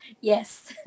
Yes